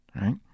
right